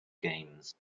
games